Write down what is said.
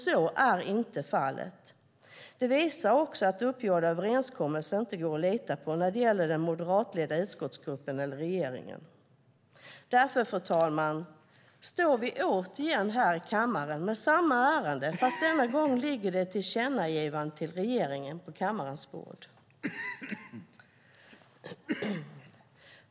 Så är inte fallet. Det här visar att uppgjorda överenskommelser inte går att lita på när det gäller den moderatledda utskottsgruppen eller regeringen. Därför, fru talman, står vi återigen här i kammaren med samma ärende, fast denna gång ligger det ett förslag om tillkännagivande till regeringen på kammarens bord.